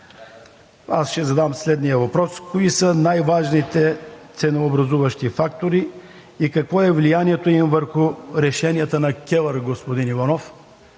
аз ще задам следния въпрос: кои са най-важните ценообразуващи фактори и какво е влиянието им върху решенията на КЕВР, господин Иванов?